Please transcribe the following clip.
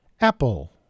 apple